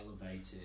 elevated